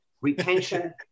retention